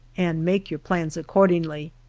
and make your plans accordingly.